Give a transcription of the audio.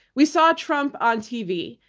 we saw trump on tv,